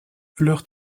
leurs